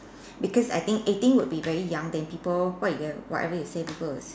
because I think eighteen would be very young then people what you got whatever you say people will